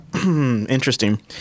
Interesting